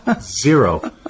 zero